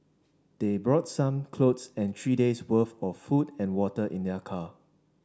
they brought some clothes and three days' worth of food and water in their car